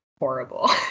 horrible